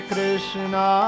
Krishna